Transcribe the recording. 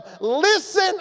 listen